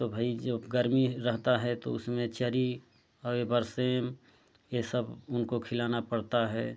तो भाई जब गर्मी रहता है तो उसमें चरी और ये बरसेम ये सब उनको खिलाना पड़ता है